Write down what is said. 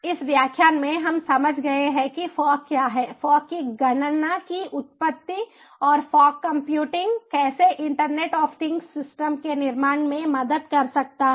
इस व्याख्यान में हम समझ गए हैं कि फॉग क्या है फॉग की गणना की उत्पत्ति और फॉग कंप्यूटिंग कैसे इंटरनेट ऑफ थिंग्स सिस्टम के निर्माण में मदद कर सकता है